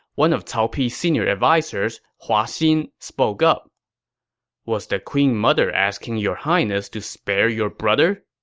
one of cao pi's senior advisers, hua xin, spoke up was the queen mother asking your highness to spare your brother?